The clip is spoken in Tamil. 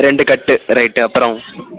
ரெண்டு கட்டு ரைட்டு அப்புறம்